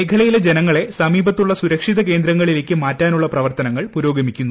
മേഖലയിലെ ജനങ്ങളെ സമീപത്തുള്ള സുരക്ഷിതകേന്ദ്രങ്ങളിലേക്ക് മാറ്റാനുള്ള പ്രവർത്തനങ്ങൾ പുരോഗമിക്കുന്നു